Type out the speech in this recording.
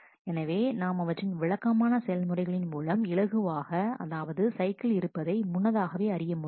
எனவே நாம் அவற்றின் விளக்கமான செயல்முறைகளின் மூலம் இலகுவாக அதாவது சைக்கிள் இருப்பதை முன்னதாகவே அறியமுடியும்